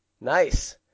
Nice